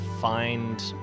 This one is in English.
find